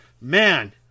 man